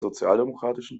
sozialdemokratischen